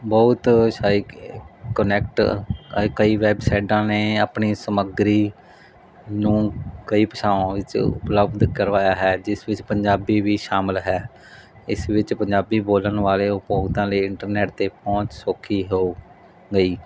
ਬਹੁਤ ਸਾਈਕ ਕੁਨੈਕਟ ਕਈ ਵੈਬਸਾਈਟਾਂ ਨੇ ਆਪਣੀ ਸਮੱਗਰੀ ਨੂੰ ਕਈ ਭਾਸ਼ਾਵਾਂ ਵਿੱਚ ਉਪਲਬਧ ਕਰਵਾਇਆ ਹੈ ਜਿਸ ਵਿੱਚ ਪੰਜਾਬੀ ਵੀ ਸ਼ਾਮਿਲ ਹੈ ਇਸ ਵਿੱਚ ਪੰਜਾਬੀ ਬੋਲਣ ਵਾਲੇ ਉਪਭੋਗਤਾ ਲਈ ਇੰਟਰਨੈਟ ਤੇ ਪਹੁੰਚ ਸੌਖੀ ਹੋ ਗਈ